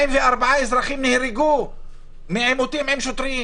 44 אזרחים נהרגו מעימותים עם שוטרים,